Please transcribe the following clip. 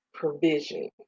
provision